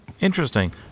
Interesting